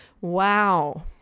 Wow